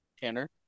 Tanner